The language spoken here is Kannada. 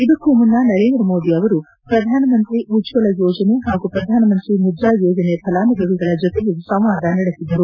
ಇದಕ್ಕೂ ಮುನ್ನ ನರೇಂದ್ರ ಮೋದಿ ಅವರು ಪ್ರಧಾನಮಂತ್ರಿ ಉಜ್ವಲ ಯೋಜನೆ ಹಾಗೂ ಪ್ರಧಾನಮಂತ್ರಿ ಮುದ್ರಾ ಯೋಜನೆ ಫಲಾನುಭವಿಗಳ ಜತೆಯೂ ಸಂವಾದ ನಡೆಸಿದ್ದರು